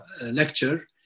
lecture